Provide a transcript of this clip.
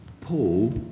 Paul